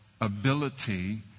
ability